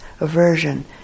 aversion